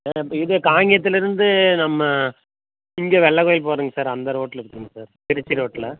ப இது காங்கேயத்திலிருந்து நம்ம இங்கே வெள்ளை கோவில் போறங்க சார் அந்த ரோட்டில் இருக்குங்க சார் திருச்சி ரோட்டில்